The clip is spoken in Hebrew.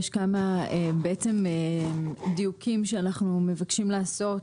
יש כמה דיוקים שאנחנו מבקשים לעשות